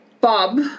Bob